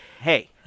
hey